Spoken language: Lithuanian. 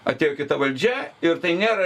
atėjo kita valdžia ir tai nėra